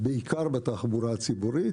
בעיקר בתחבורה הציבורית,